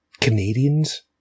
Canadians